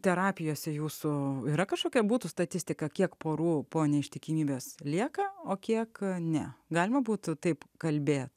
terapijose jūsų yra kažkokia būtų statistika kiek porų po neištikimybės lieka o kiek ne galima būtų taip kalbėt